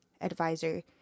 advisor